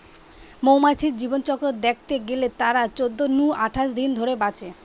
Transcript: মৌমাছির জীবনচক্র দ্যাখতে গেলে তারা চোদ্দ নু আঠাশ দিন ধরে বাঁচে